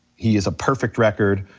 he has a perfect record,